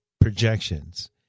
projections